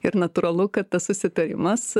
ir natūralu kad tas susitarimas